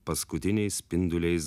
paskutiniais spinduliais